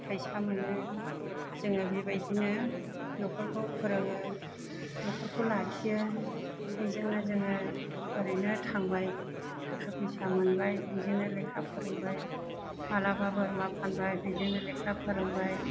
फैसा मोनो जोङो बेबायदिनो नखरखौ फोरोङो नखरखौ लाखियो बेजोंनो जोङो ओरैनो थांबाय थाखा फैसा मोनबाय बेजोंनो लेखा फोरोंबाय मालाबा बोरमा फानबाय बेजोंनो लेखा फोरोंबाय